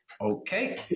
Okay